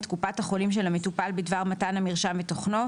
את קופת החולים של המטופל בדבר מתן המרשם ותוכנו,